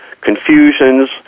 confusions